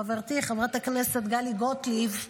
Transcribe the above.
חברתי חברת הכנסת טלי גוטליב,